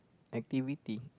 activity